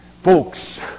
Folks